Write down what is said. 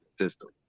system